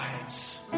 lives